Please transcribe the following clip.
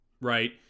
Right